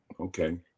okay